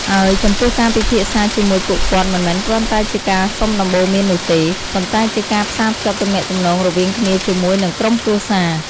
ហើយចំពោះការពិភាក្សាជាមួយពួកគាត់មិនមែនគ្រាន់តែជាការសុំដំបូន្មាននោះទេ ប៉ុន្តែជាការផ្សារភ្ជាប់ទំនាក់ទំនងរវាងគ្នាជាមួយនិងក្រុមគ្រួរសារ។